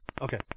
okay